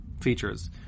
features